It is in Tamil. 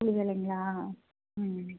கூலி வேலைங்களா